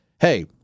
Hey